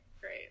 great